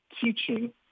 teaching